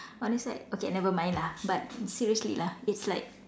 on a side okay never mind lah but seriously lah it's like